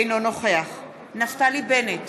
אינו נוכח נפתלי בנט,